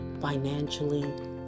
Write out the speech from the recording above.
financially